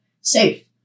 safe